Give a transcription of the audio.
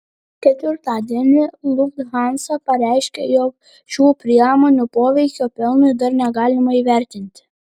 ketvirtadienį lufthansa pareiškė jog šių priemonių poveikio pelnui dar negalima įvertinti